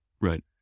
Right